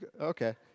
Okay